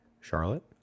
Charlotte